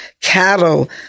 cattle